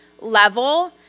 level